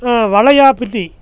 Valaiyapitti